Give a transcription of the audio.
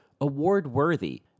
award-worthy